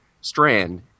Strand